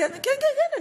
כן, כן, כן.